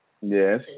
Yes